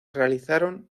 realizaron